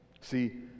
See